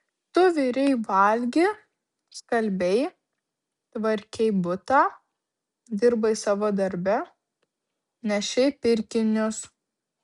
tu virei valgi skalbei tvarkei butą dirbai savo darbe nešei pirkinius